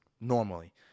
normally